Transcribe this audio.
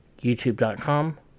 youtube.com